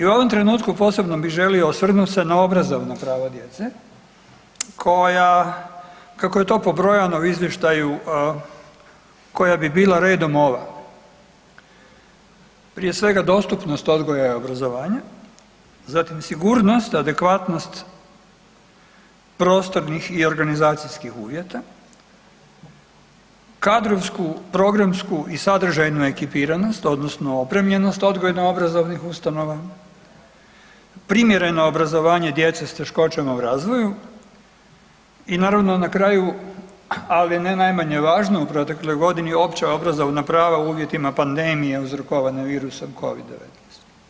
I u ovom trenutku posebno bi želio osvrnut se na obrazovna prava djece koja kako je to pobrojano u izvještaju koja bi bila redom ova, prije svega dostupnost odgoja i obrazovanja, zatim sigurnost, adekvatnost prostornih i organizacijskih uvjeta, kadrovsku, programsku i sadržajnu ekipiranost odnosno opremljenost odgojno obrazovnih ustanova, primjereno obrazovanje djece s teškoćama u razvoju i naravno na kraju, ali ne najmanje važno opća obrazovna prava u uvjetima pandemije uzrokovane virusom Covid-19.